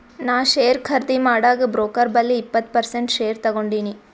ನಾ ಶೇರ್ ಖರ್ದಿ ಮಾಡಾಗ್ ಬ್ರೋಕರ್ ಬಲ್ಲಿ ಇಪ್ಪತ್ ಪರ್ಸೆಂಟ್ ಶೇರ್ ತಗೊಂಡಿನಿ